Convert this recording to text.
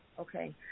Okay